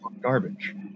garbage